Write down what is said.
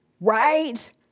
right